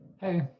Hey